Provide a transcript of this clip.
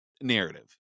narrative